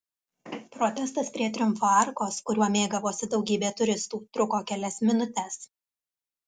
protestas prie triumfo arkos kuriuo mėgavosi daugybė turistų truko kelias minutes